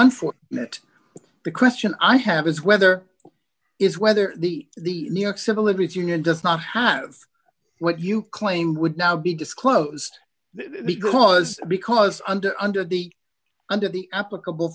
on for it the question i have is whether is whether the the new york civil liberties union does not have what you claimed would now be disclosed the girl was because under under the under the applicable